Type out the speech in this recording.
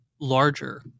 larger